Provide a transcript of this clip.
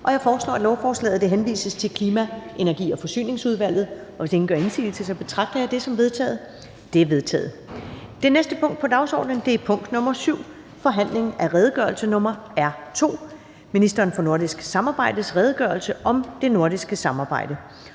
Jeg foreslår, at lovforslaget henvises til Klima-, Energi- og Forsyningsudvalget. Hvis ingen gør indsigelse, betragter jeg det som vedtaget. Det er vedtaget. --- Det næste punkt på dagsordenen er: 7) Forhandling om redegørelse nr. R 2: Ministeren for nordisk samarbejdes redegørelse om det nordiske samarbejde.